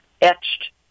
etched